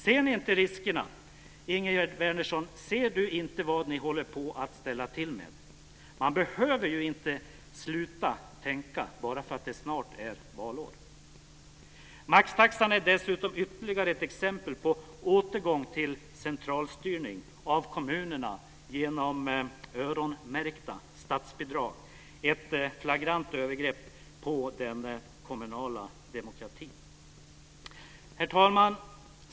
Ser ni inte riskerna? Ser ni inte, Ingegerd Wärnersson, vad ni håller på att ställa till med? Man behöver ju inte sluta tänka bara för att det snart är valår! Maxtaxan är dessutom ytterligare ett exempel på återgång till centralstyrning av kommunerna genom öronmärkta statsbidrag - ett flagrant övergrepp på den kommunala demokratin. Herr talman!